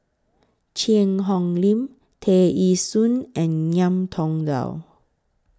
Cheang Hong Lim Tear Ee Soon and Ngiam Tong Dow